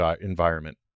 environment